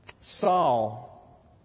Saul